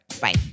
Bye